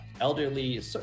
elderly